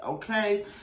Okay